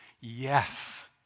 Yes